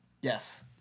Yes